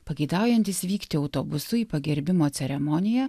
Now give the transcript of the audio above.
pageidaujantys vykti autobusu į pagerbimo ceremoniją